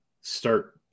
start